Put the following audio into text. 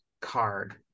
card